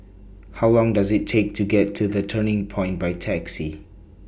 How Long Does IT Take to get to The Turning Point By Taxi